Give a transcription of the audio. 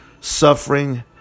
suffering